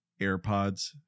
AirPods